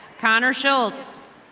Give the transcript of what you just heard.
connor schultz.